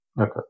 Okay